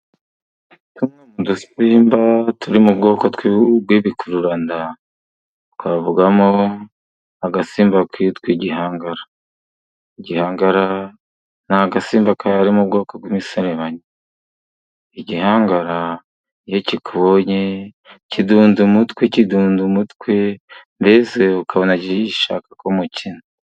Udusimba turi mu bwoko bw'ibikururanda. Twavugamo agasimba kitwa igihangara. Igihangara ni agasimba kari mu bwoko bw'imiserebanya. igihangara iyo kikubonye, kidunda umutwe, kidunda umutwe, mbese ukabona gishaka ko mukina.